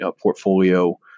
portfolio